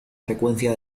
frecuencia